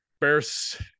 Bears